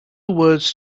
words